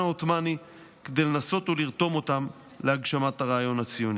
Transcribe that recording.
העות'מאני כדי לנסות לרתום אותם להגשמת הרעיון הציוני.